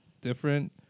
different